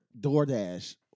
DoorDash